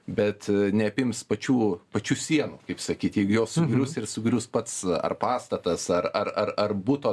bet neapims pačių pačių sienų kaip sakyt jeigu jos sugrius ir sugrius pats ar pastatas ar ar ar buto